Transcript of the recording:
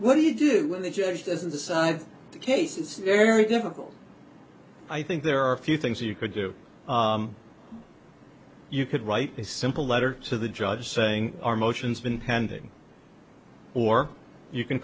what do you do when the judge doesn't decide the case is very difficult i think there are a few things you could do you could write a simple letter to the judge saying our motions been pending or you can